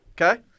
Okay